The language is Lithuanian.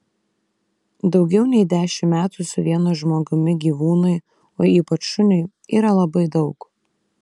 daugiau nei dešimt metų su vienu žmogumi gyvūnui o ypač šuniui yra labai daug